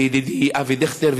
לידידי אבי דיכטר,